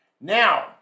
Now